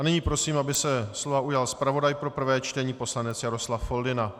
Nyní prosím, aby se slova ujal zpravodaj pro prvé čtení poslanec Jaroslav Foldyna.